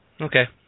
Okay